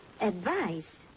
advice